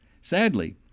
Sadly